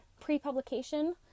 pre-publication